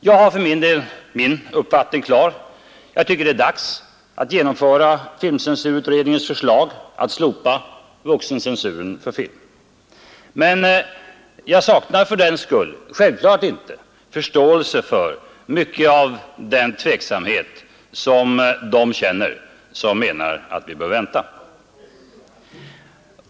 Jag för min del har min uppfattning klar — jag tycker det är dags att genomföra filmcensurutredningens förslag att slopa vuxencensuren för film — men jag saknar fördenskull självfallet inte förståelse för mycket av den tveksamhet som de känner som menar att vi bör vänta.